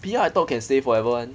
P_R I thought can stay forever [one]